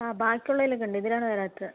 ആ ബാക്കിയുള്ളതിലൊക്കെയുണ്ട് ഇതിലാണ് വരാത്തത്